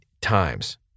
times